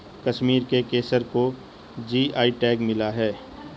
कश्मीर के केसर को जी.आई टैग मिला है